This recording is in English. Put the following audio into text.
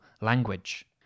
language